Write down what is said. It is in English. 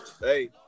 Hey